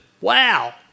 Wow